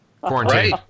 quarantine